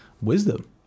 wisdom